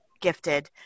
gifted